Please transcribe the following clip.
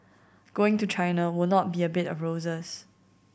going to China will not be a bed of roses